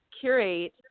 curate